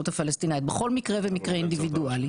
הפלסטינית בכל מקרה ומקרה אינדיבידואלי.